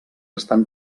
estan